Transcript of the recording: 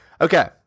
okay